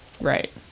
Right